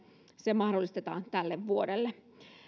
se mahdollistetaan tälle vuodelle